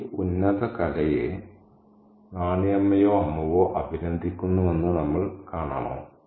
ഈ ഉന്നത കലയെ നാണി അമ്മയോ അമ്മുവോ അഭിനന്ദിക്കുന്നുവെന്ന് നമ്മൾ കാണണോ